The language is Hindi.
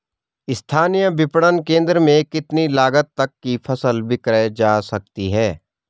स्थानीय विपणन केंद्र में कितनी लागत तक कि फसल विक्रय जा सकती है?